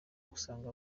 gusanga